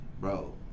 Bro